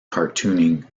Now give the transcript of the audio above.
cartooning